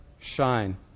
shine